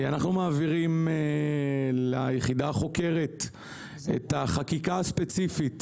אנחנו מעבירים ליחידה החוקרת את החקיקה הספציפית